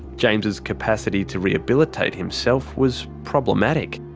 james's capacity to rehabilitate himself was problematic.